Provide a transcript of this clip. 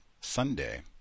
Sunday